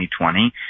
2020